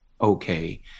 okay